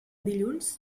dilluns